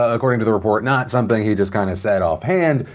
ah according to the report, not something he just kinda said offhand,